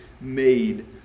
made